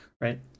right